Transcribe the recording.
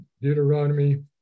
Deuteronomy